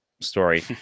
story